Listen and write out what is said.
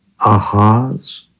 ahas